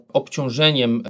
obciążeniem